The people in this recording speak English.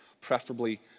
preferably